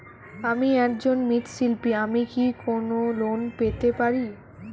আমি একজন মৃৎ শিল্পী আমি কি কোন লোন পেতে পারি?